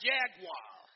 Jaguar